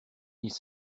ils